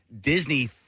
Disney